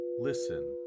listen